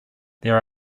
there